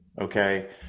okay